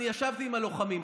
אני ישבתי עם הלוחמים,